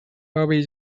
hobby